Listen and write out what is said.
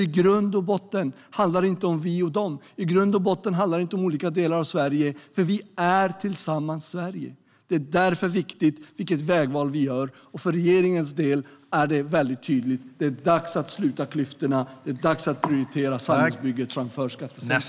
I grund och botten handlar det inte om vi och de. I grund och botten handlar det inte om olika delar av Sverige. Tillsammans är vi Sverige. Därför är det viktigt vilket vägval vi gör. För regeringens del är det tydligt: Det är dags att sluta klyftorna. Det är dags att prioritera samhällsbygget framför skattesänkningar.